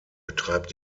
betreibt